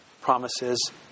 promises